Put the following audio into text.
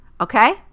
Okay